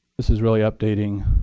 this is really updating